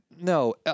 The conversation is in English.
No